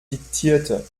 diktierte